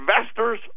investors